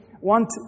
want